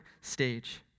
stage